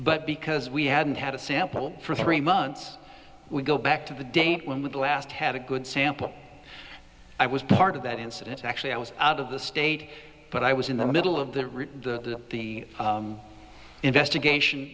but because we hadn't had a sample for three months we go back to the date when we last had a good sample i was part of that incident actually i was out of the state but i was in the middle of the the investigation